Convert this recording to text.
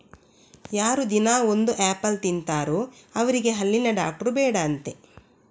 ಯಾರು ದಿನಾ ಒಂದು ಆಪಲ್ ತಿಂತಾರೋ ಅವ್ರಿಗೆ ಹಲ್ಲಿನ ಡಾಕ್ಟ್ರು ಬೇಡ ಅಂತೆ